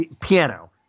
Piano